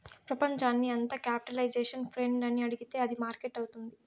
ప్రపంచాన్ని అంత capitalisation friend అని అడిగితే అది మార్కెట్ అవుతుంది